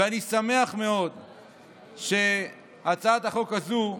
ואני שמח מאוד שהצעת החוק הזאת,